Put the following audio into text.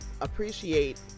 appreciate